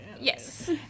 Yes